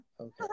Okay